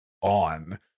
on